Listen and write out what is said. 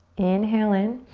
inhale in.